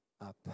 up